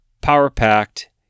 power-packed